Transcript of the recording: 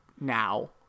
now